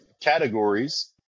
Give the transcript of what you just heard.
categories